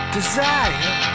desire